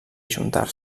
ajuntar